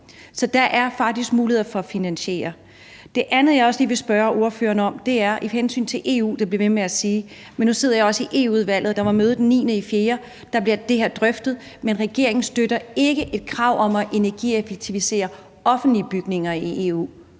så der er faktisk muligheder for at finansiere. Det andet, jeg også lige vil spørge ordføreren om, er med hensyn til EU. Nu sidder jeg også i Europaudvalget, og der var møde den 9. april, hvor det her blev drøftet. Regeringen støtter ikke et krav om at energieffektivisere offentlige bygninger i EU.